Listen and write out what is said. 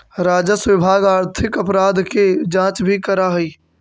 राजस्व विभाग आर्थिक अपराध के जांच भी करऽ हई